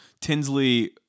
Tinsley